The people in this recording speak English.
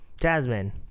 Jasmine